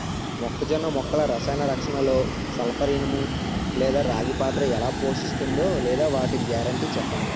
మొక్కజొన్న మొక్కల రసాయన రక్షణలో సల్పర్, ఇనుము లేదా రాగి పాత్ర ఎలా పోషిస్తుందో లేదా వాటి గ్యారంటీ చెప్పండి